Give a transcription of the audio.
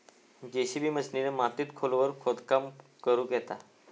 JCB मशिनीन मातीत खोलवर खोदकाम करुक येता